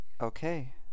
Okay